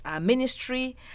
ministry